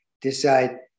decide